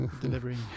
delivering